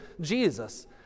Jesus